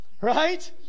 right